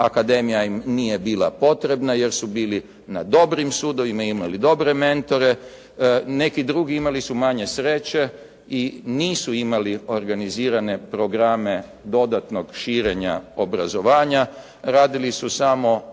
akademija im nije bila potrebna jer su bili na dobrim sudovima i imali dobre mentore. Neki drugi imali su manje sreće i nisu imali organizirane programe dodatnog širenja obrazovanja, radili su samo